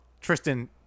Tristan